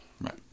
Right